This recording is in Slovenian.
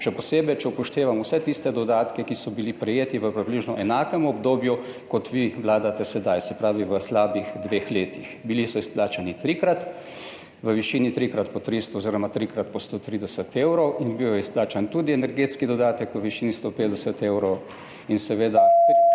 še posebej, če upoštevamo vse tiste dodatke, ki so bili prejeti v približno enakem obdobju, kot vi vladate sedaj, se pravi v slabih dveh letih. Izplačani so bili trikrat v višini trikrat po 300 oziroma trikrat po 130 evrov in izplačan je bil tudi energetski dodatek v višini 150 evrov. Seveda so